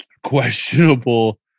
Questionable